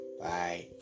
Bye